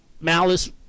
malice